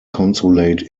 consulate